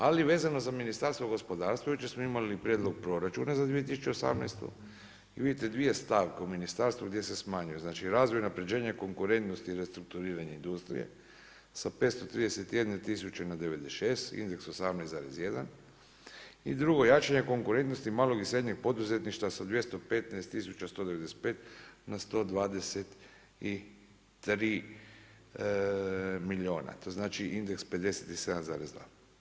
Ali, vezano za Ministarstvo gospodarstva, jučer smo imali prijedlog proračuna, za 2018. vidite, 2 stavke u ministarstvu, gdje se smanjuje, znači razvoj unaprjeđenje konkurentnosti i restrukturiranje industrije, sa 531000 na 96 indeks 18,1 i drugo jačanje konkurentnosti malog i srednjeg poduzetništva sa 215195 na 123 milijuna, to znači indeks 57,2.